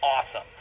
awesome